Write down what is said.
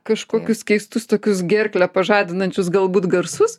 kažkokius keistus tokius gerklę pažadinančius galbūt garsus